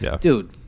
Dude